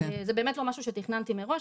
זה באמת לא משהו שתכננתי מראש.